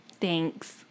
thanks